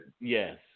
Yes